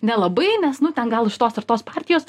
nelabai nes nu ten gal iš tos ar tos partijos